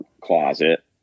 closet